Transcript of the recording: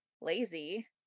lazy